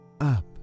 Up